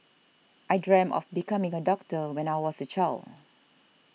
I dreamt of becoming a doctor when I was a child